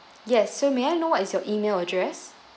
yes so may I know what is your email address